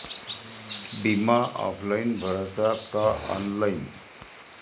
बिमा ऑफलाईन भराचा का ऑनलाईन?